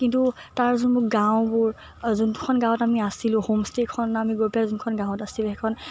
কিন্তু তাৰ যোনবোৰ গাঁওবোৰ যোনখন গাঁৱত আমি আছিলো হোমষ্টেইখন আমি গৈ পেলাই যোনখন গাঁৱত আছিলো সেইখন